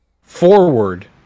forward